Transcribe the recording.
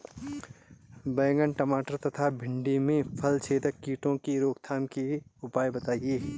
बैंगन टमाटर तथा भिन्डी में फलछेदक कीटों की रोकथाम के उपाय बताइए?